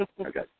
Okay